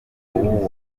w’uwo